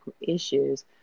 issues